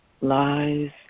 lies